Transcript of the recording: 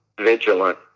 vigilant